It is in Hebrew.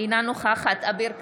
אינה נוכחת אביר קארה,